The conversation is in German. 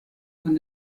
von